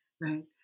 right